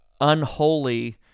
unholy